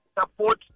support